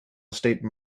estate